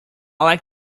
like